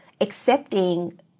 accepting